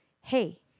hey